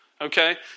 Okay